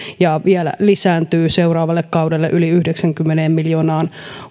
ja se vielä lisääntyy seuraavalle kaudelle yli yhdeksäänkymmeneen miljoonaan